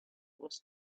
was